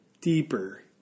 deeper